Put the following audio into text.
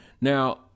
Now